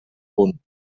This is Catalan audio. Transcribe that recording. punt